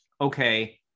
Okay